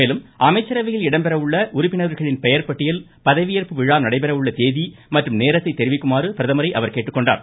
மேலும் அமைச்சரவையில் இடம்பெற உள்ள உறுப்பினர்களின் பெயர் பட்டியல் பதவியேற்பு விழா நடைபெற உள்ள தேதி மற்றும் நேரத்தை தெரிவிக்குமாறு பிரதமரை அவர் கேட்டுக்கொண்டார்